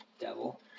devil